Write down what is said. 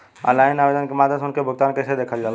Online आवेदन के माध्यम से उनके भुगतान कैसे देखल जाला?